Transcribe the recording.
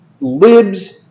libs